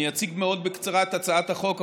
אני אציג מאוד בקצרה את הצעת החוק,